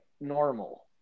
normal